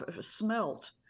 smelt